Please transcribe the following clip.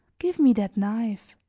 give me that knife.